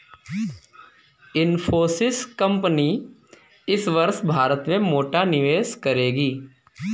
Infosys company इस वर्ष भारत में मोटा निवेश करेगी